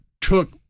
took